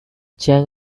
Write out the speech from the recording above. chang